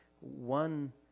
one